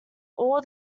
all